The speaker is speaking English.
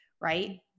right